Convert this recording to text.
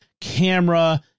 camera